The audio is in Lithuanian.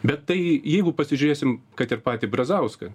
bet tai jeigu pasižiūrėsim kad ir patį brazauską